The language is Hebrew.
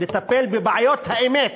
לטפל בבעיות האמת